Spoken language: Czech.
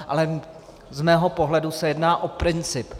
Ale z mého pohledu se jedná o princip.